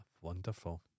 Wonderful